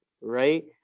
right